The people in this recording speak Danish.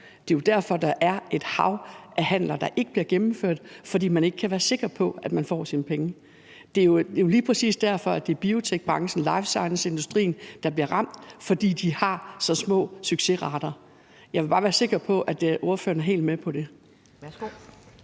Det er derfor, at der er et hav af handler, der ikke bliver gennemført, fordi man ikke kan være sikker på, at man får sine penge. Det er lige præcis derfor, at det er biotekbranchen, lifescienceindustrien, der bliver ramt, fordi de har så små succesrater. Jeg vil bare være sikker på, at ordføreren er helt med på det.